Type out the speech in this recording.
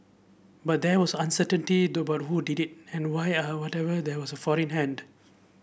but there was uncertainty to about who did it and why and whatever there was a foreign hand